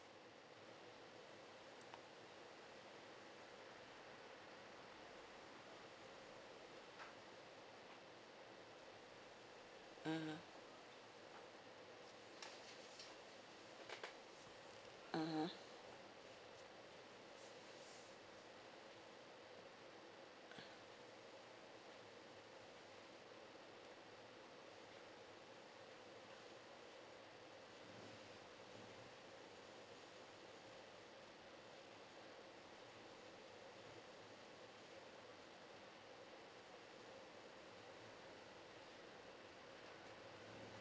mmhmm mmhmm